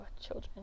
children